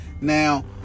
Now